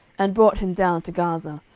and brought him down to gaza,